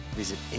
visit